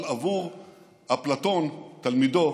אבל עבור אפלטון תלמידו